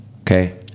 Okay